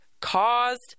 caused